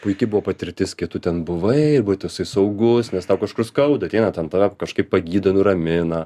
puiki buvo patirtis kai tu ten buvai ir buvai toksai saugus nes tau kažkur skauda ateina ten tave kažkaip pagydo nuramina